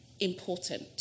important